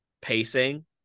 pacing